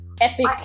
epic